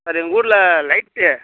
sir எங்கள் ஊரில் light